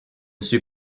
suis